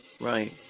right